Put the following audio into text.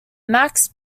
max